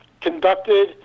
conducted